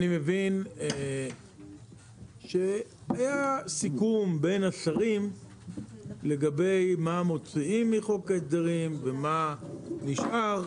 אני מבין שהיה סיכום בין השרים לגבי מה מוציאים מחוק ההסדרים ומה נשאר,